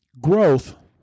growth